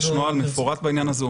יש נוהל מפורט בעניין הזה,